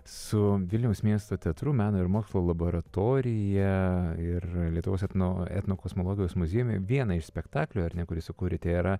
su vilniaus miesto teatru meno ir mokslo laboratorija ir lietuvos etno etnokosmologijos muziejumi vieną iš spektaklių ar ne kurį sukūrėte yra